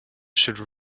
should